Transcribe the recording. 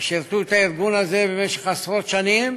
ושירתו את הארגון הזה במשך עשרות שנים,